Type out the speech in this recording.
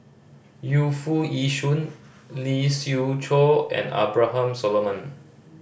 Yu Foo Yee Shoon Lee Siew Choh and Abraham Solomon